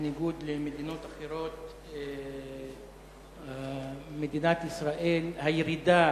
בניגוד למדינות אחרות, במדינת ישראל הירידה